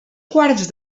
quarts